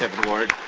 ward.